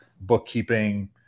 Bookkeeping